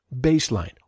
baseline